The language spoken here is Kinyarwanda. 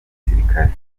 gisirikare